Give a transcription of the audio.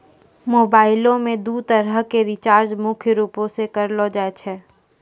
मोबाइलो मे दू तरह के रीचार्ज मुख्य रूपो से करलो जाय छै